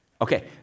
Okay